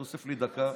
תוסיף לי דקה.